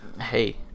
Hey